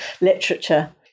literature